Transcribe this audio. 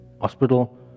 hospital